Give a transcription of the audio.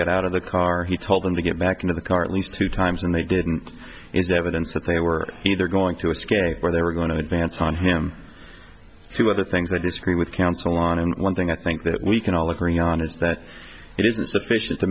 get out of the car he told them to get back into the car at least two times and they didn't is evidence that they were either going to escape or they were going to advance on him two other things i disagree with council on and one thing i think that we can all agree on is that it isn't sufficient to